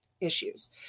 issues